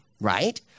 Right